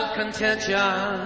contention